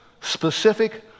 specific